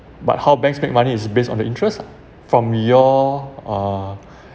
but how banks make money is based on the interest lah from your uh